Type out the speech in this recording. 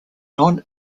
non